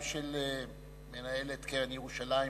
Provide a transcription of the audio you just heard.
גם של מנהלת קרן ירושלים,